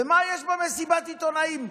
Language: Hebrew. ומה יש במסיבת עיתונאים?